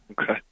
Okay